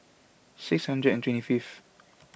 six hundred and twenty fifth